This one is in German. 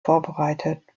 vorbereitet